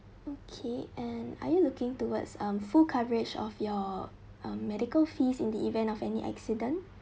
okay and are you looking towards um full coverage of your medical fees in the event of any accident